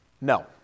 No